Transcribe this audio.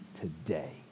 today